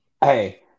hey